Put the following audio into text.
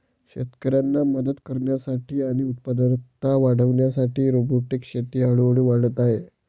शेतकऱ्यांना मदत करण्यासाठी आणि उत्पादकता वाढविण्यासाठी रोबोटिक शेती हळूहळू वाढत आहे